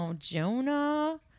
Jonah